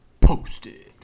Posted